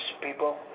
people